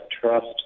trust